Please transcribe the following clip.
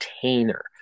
container